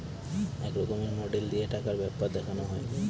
এক রকমের মডেল দিয়ে টাকার ব্যাপার দেখানো হয়